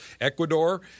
Ecuador